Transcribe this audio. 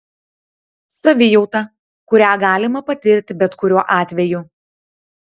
savijauta kurią galima patirti bet kuriuo atveju